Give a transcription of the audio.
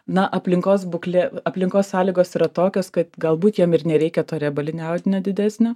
na aplinkos būklė aplinkos sąlygos yra tokios kad galbūt jiem ir nereikia to riebalinio audinio didesnio